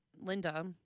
Linda